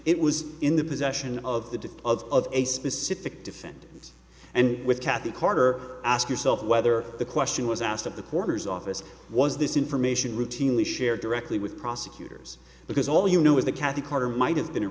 it was in the possession of the of a specific defend and with kathy carter ask yourself whether the question was asked at the coroner's office was this information routinely shared directly with prosecutors because all you know is that kathy carter might have been a